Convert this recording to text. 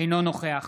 אינו נוכח